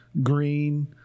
green